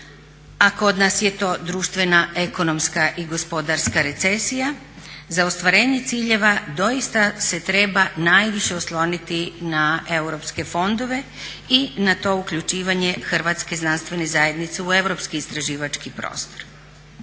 kod nas je to društvena, ekonomska i gospodarska recesija, za ostvarenje ciljeva doista se treba najviše osloniti na europske fondove i na to uključivanje Hrvatske znanstvene zajednice u europski istraživački prostor.